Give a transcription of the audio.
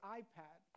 iPad